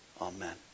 Amen